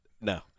No